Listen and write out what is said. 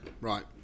Right